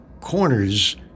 corners